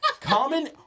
common